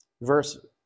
Verse